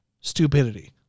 stupidity